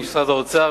משרד האוצר,